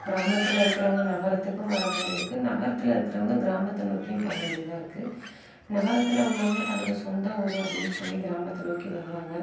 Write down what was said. கிராமத்தில் இருக்கிறவங்க நகரத்துக்கும் வரமாதிரி இருக்குது நகரத்தில் இருக்கிறவங்க கிராமத்தை நோக்கியும் போக வேண்டியதாக இருக்குது நகரத்தில் உள்ளவங்க தனது சொந்த ஊர் அப்படின்னு சொல்லி கிராமத்தை நோக்கி வருவாங்க